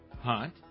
hunt